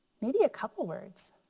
maybe a couple words.